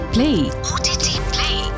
Play